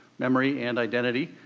memory, and identity,